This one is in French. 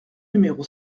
numéro